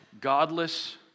godless